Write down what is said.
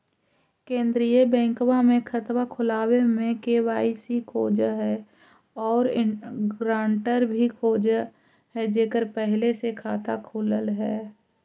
केंद्रीय बैंकवा मे खतवा खोलावे मे के.वाई.सी खोज है और ग्रांटर भी खोज है जेकर पहले से खाता खुलल है?